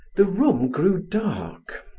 the room grew dark.